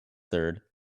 third